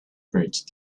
bridge